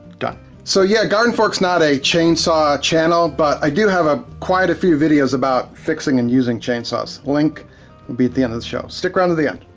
done. so, yeah, gardenfork's not a chainsaw channel, but i do have ah quite a few videos about fixing and using chainsaws. link will be at the end of the show. stick around til the end,